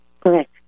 Correct